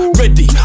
ready